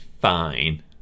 fine